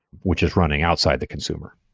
which is running outside the consumer.